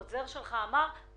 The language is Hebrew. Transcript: והדרישות שלהם לשפר את מערך התמיכה